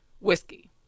whiskey